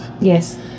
Yes